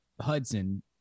Hudson